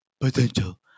potential